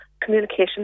communication